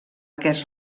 aquest